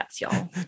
y'all